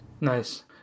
Nice